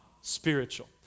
Spiritual